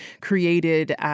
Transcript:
created